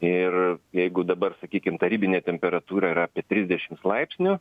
ir jeigu dabar sakykim ta ribinė temperatūra yra apie trisdešims laipsnių